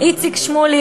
איציק שמולי,